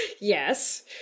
Yes